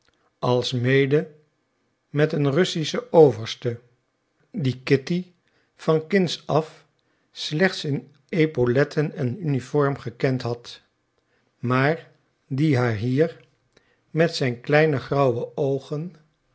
alsmede met een russischen overste dien kitty van kinds af slechts in epauletten en uniform gekend had maar die haar hier met zijn kleine grauwe oogen